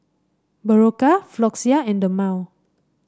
Berocca Floxia and Dermale